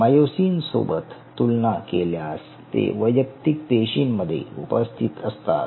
myosin सोबत तुलना केल्यास ते वैयक्तिक पेशींमध्ये उपस्थित असतात